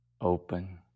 open